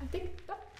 ateik duok